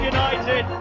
United